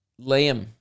Liam